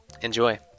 enjoy